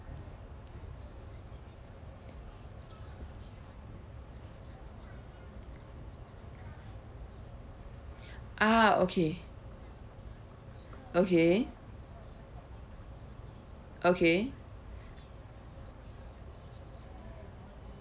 ah okay okay okay